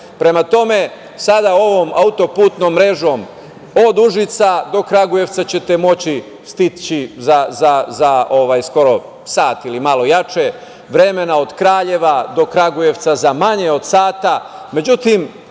Prema tome, sada ovom autoputnom mrežom od Užica do Kragujevca ćete moći stići za skoro sat ili malo jače vremena. Od Kraljeva do Kragujevca za manje od sata.